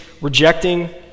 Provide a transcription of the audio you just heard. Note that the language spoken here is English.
rejecting